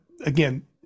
again